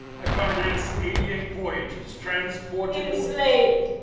i financed eighty eight voyages, transported enslaved.